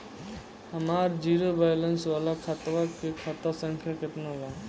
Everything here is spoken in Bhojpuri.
हमार जीरो बैलेंस वाला खतवा के खाता संख्या केतना बा?